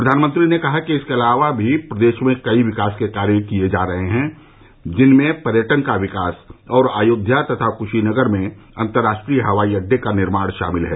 प्रधानमंत्री ने कहा कि इसके अलावा भी प्रदेश में कई विकास के कार्य किए जा रहे हैं जिनमें पर्यटन का विकास और अयोध्या तथा क्शीनगर में अंतर्राष्ट्रीय हवाई अड्डे का निर्माण शामिल है